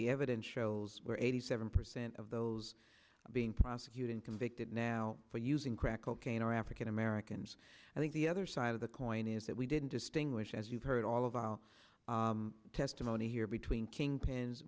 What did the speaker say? the evidence shows were eighty seven percent of those being prosecuted convicted now for using crack cocaine are african americans i think the other side of the coin is that we didn't distinguish as you've heard all of our testimony here between kingpins